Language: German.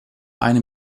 eine